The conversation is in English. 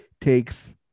takes